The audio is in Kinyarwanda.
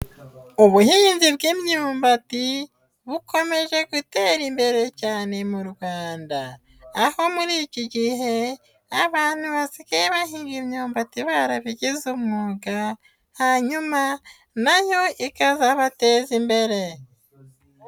Ubuhinzi bw'imyumbati bukomeje gutera imbere cyane mu Rwanda, aho muri iki gihe abantu basigaye bahiga imyumbati barabigize umwuga, hanyuma na yo ikazabateza imbere.